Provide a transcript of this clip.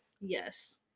Yes